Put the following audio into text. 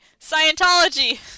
Scientology